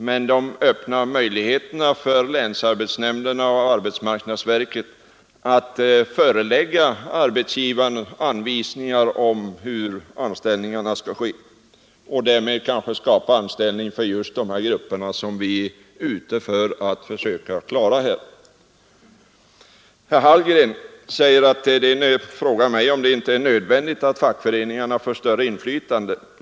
Men bestämmelserna öppnar möjligheter för länsarbetsnämnderna och arbetsmarknadsverket att förelägga arbetsgivarna anvisningar om hur anställningarna skall ske, och därmed kan anställningar skapas för just de grupper som vi är ute för att försöka hjälpa. Herr Hallgren frågar mig om det inte är nödvändigt att fackföreningarna får större inflytande.